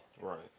Right